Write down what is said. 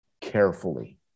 carefully